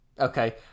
Okay